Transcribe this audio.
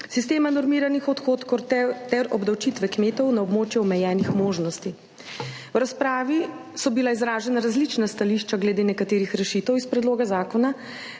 sistema normiranih odhodkov ter obdavčitve kmetov na območje omejenih možnosti. V razpravi so bila izražena različna stališča glede nekaterih rešitev iz predloga zakona